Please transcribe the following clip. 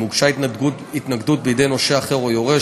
אם הוגשה התנגדות בידי נושה אחר או יורש,